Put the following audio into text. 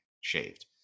shaved